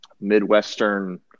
Midwestern